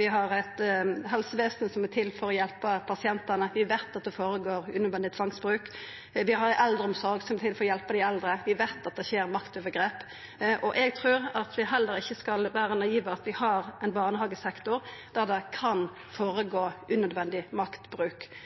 vi har eit helsevesen som er til for å hjelpa pasientane – vi veit at det skjer unødvendig tvangsbruk, vi har ei eldreomsorg som er til for å hjelpa dei eldre – vi veit at det skjer maktovergrep. Eg trur at vi heller ikkje skal vera naive: Vi har ein barnehagesektor der unødvendig maktbruk kan